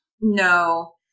No